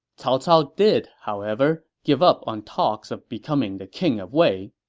cao cao did, however, give up on talks of becoming the king of wei,